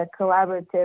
collaborative